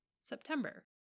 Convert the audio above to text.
september